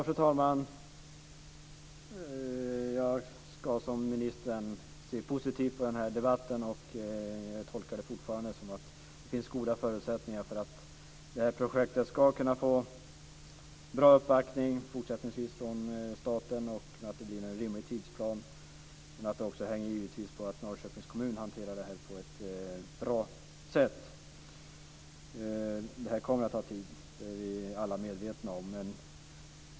Fru talman! Jag ska, som ministern, se positivt på den här debatten. Jag tolkar det fortfarande som att det finns goda förutsättningar för att det här projektet fortsättningsvis ska kunna få bra uppbackning från staten och att det blir en rimlig tidsplan. Givetvis hänger det också på att Norrköpings kommun hanterar detta på ett bra sätt. Det här kommer att ta tid; det är vi alla medvetna om.